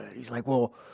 he's like, well,